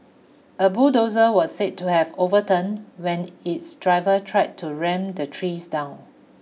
a bulldozer was said to have overturned when its driver tried to ram the trees down